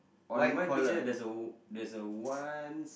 on my picture there's a there's a ones